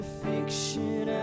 fiction